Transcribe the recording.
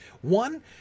One